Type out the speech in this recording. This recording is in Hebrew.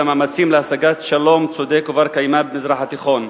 את המאמצים להשגת שלום צודק ובר-קיימא במזרח התיכון.